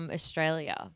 Australia